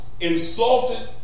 insulted